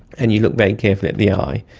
and you look very carefully at the eye,